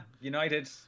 United